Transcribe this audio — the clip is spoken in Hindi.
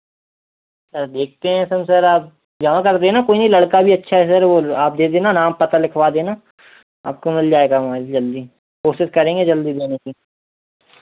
सर देखते हैं तो सर आप जमा कर देना कोई नहीं लड़का भी अच्छा है सर वो आप दे देना नाम पता लिखवा देना आपको मिल जाएगा मोबाइल जल्दी कोशिश करेंगे जल्दी देने की